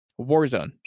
Warzone